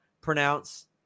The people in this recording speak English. pronounce